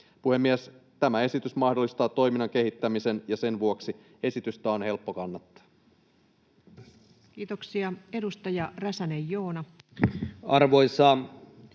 Puhemies! Tämä esitys mahdollistaa toiminnan kehittämisen, ja sen vuoksi esitystä on helppo kannattaa. Kiitoksia. — Edustaja Räsänen, Joona. Arvoisa